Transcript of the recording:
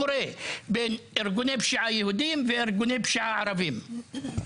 ביו ארגוני הפשיעה היהודים לארגוני הפשיעה הערביים.